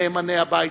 אחד נגד, אין נמנעים.